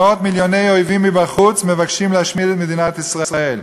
כאשר מאות מיליוני אויבים מבחוץ מבקשים להשמיד את מדינת ישראל.